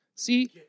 See